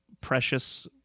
precious